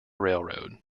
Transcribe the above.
railroad